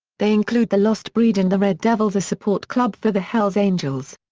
they include the lost breed and the red devils a support club for the hells angels.